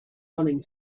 running